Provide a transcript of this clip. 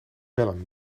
bellen